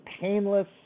painless